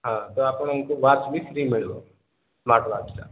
ହଁ ତ ଆପଣଙ୍କୁ ଓ୍ୱାଚ୍ ବି ଫ୍ରି ମିଳିବ ସ୍ମାର୍ଟ ୱାଚ୍ଟା